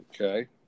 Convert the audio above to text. Okay